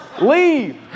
Leave